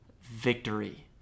victory